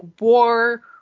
war